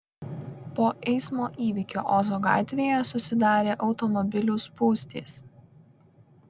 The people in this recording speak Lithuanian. po eismo įvykio ozo gatvėje susidarė automobilių spūstys